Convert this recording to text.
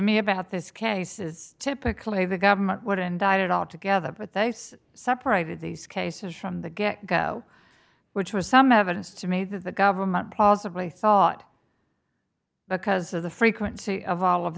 me about this case is typically the government what indicted all together but they separated these cases from the get go which was some evidence to me that the government possibly thought because of the frequency of all of